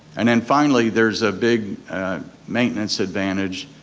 and then finally there's a big maintenance advantage.